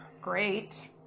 great